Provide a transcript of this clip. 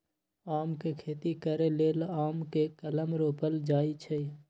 आम के खेती करे लेल आम के कलम रोपल जाइ छइ